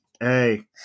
Hey